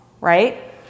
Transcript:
right